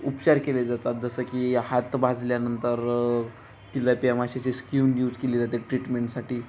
उपचार केले जातात जसं की हात भाजल्यानंतर तिलाप्या माशाची स्कीन यूज केली जाते ट्रीटमेंटसाठी